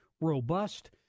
robust